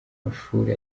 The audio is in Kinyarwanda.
amashuri